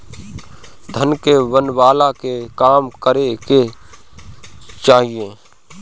धन के बनवला के काम करे के चाही